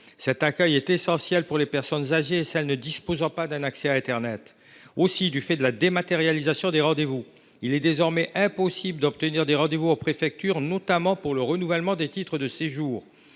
Celui ci est essentiel pour les personnes âgées et les individus qui n’ont pas accès à internet. En outre, en raison de la dématérialisation des rendez vous, il est désormais impossible d’obtenir des rendez vous dans les préfectures, notamment pour le renouvellement des titres de séjour.